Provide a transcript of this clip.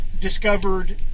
discovered